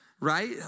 Right